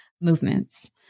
movements